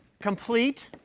complete